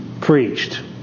preached